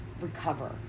recover